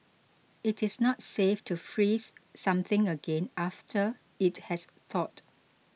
it is not safe to freeze something again after it has thawed